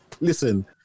Listen